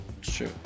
Sure